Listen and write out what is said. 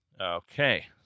Okay